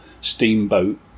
steamboat